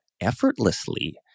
effortlessly